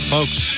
Folks